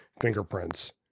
fingerprints